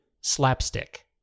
slapstick